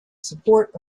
support